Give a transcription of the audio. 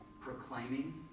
proclaiming